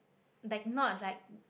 like not like